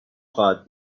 خواهد